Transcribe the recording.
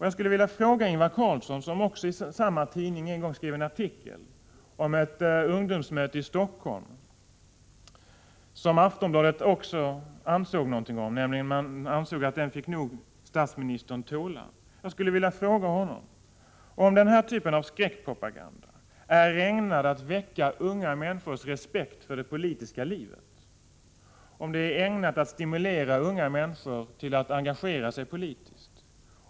Jag skulle vilja fråga Ingvar Carlsson — som i Aftonbladet en gång skrev en artikel om ett ungdomsmöte i Stockholm som samma tidning ansåg att statsministern nog fick tåla —om denna typ av skräckpropaganda är ägnad att väcka unga människors respekt för det politiska livet och stimulera dem att engagera sig politiskt.